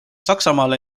saksamaale